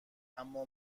اما